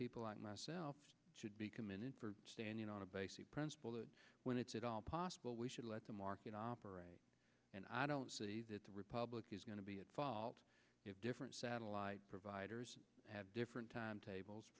people like myself should be commended for standing on a basic principle that when it's at all possible we should let the market operate and i don't see that the republic is going to be at fault if different satellite providers have different timetables